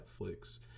Netflix